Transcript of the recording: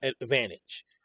advantage